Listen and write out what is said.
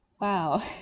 wow